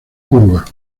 curva